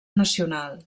nacional